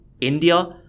India